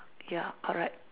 ya correct